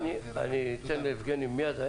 מיד אתן ליבגני לדבר.